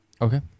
Okay